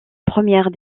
première